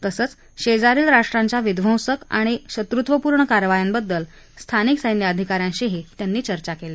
तसच शेजारील राष्ट्रांच्या विध्वसंक आणि शत्रुत्वपूर्ण कारवायांबद्दल स्थानिक संखि अधिकाऱ्यांशी चर्चा केली